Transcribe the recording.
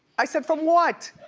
i said, from what?